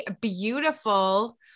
beautiful